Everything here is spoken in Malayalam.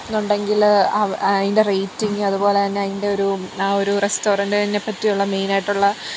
എന്നുണ്ടെങ്കിൽ അതിൻ്റെ റേറ്റിംഗ് അതുപോലെതന്നെ അതിൻ്റെ ഒരു ആ ഒരു റസ്റ്റോറൻ്റിനെ പറ്റിയുള്ള മെയിനായിട്ടുള്ള